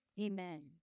Amen